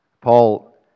Paul